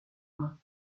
main